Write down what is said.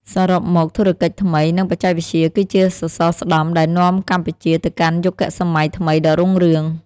សរុបមក ធុរកិច្ចថ្មី និងបច្ចេកវិទ្យាគឺជាសសរស្តម្ភដែលនាំកម្ពុជាទៅកាន់យុគសម័យថ្មីដ៏រុងរឿង។